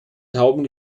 tauben